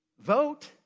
Vote